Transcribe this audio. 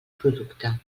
producte